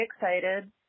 excited